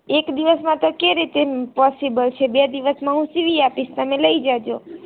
એક દિવસમાં તો કે રીતે પોસિબલ છે બે દિવસમાં હું સીવી આપીશ તમે લઈ જાજો